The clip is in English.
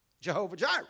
Jehovah-Jireh